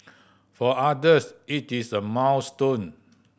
for others it is a milestone